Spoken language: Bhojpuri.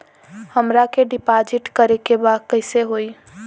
हमरा के डिपाजिट करे के बा कईसे होई?